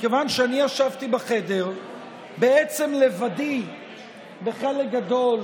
מכיוון שאני ישבתי בחדר בעצם לבדי בחלק גדול